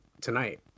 tonight